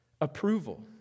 Approval